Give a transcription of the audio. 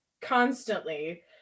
constantly